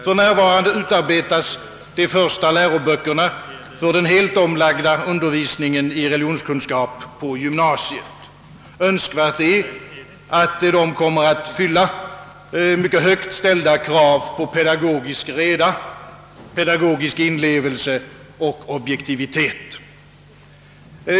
För närvarande utarbetas de första läroböckerna för den helt omlagda undervisningen i religionskunskap på gymnasiet. Önskvärt är, att de kommer att fylla mycket högt ställda krav på pedagogisk reda, pedagogisk inlevelse och objektivitet.